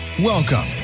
Welcome